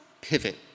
pivot